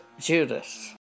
Judas